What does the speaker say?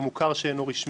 במוכר שאינו רשמי.